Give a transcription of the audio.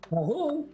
ההוא היא